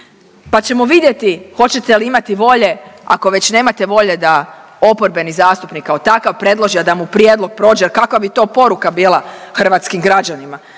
pa ćemo vidjeti hoćete li imati volje, ako već nemate volje da oporbeni zastupnik kao takav predloži, a da mu prijedlog prođe jer kakva bi to poruka bila hrvatskim građanima,